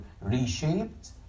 reshaped